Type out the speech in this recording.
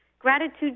Gratitude